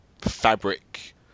fabric